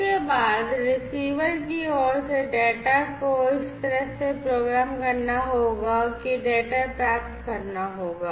उसके बाद रिसीवर की ओर से डेटा को इस तरह से प्रोग्राम करना होगा कि डेटा प्राप्त करना होगा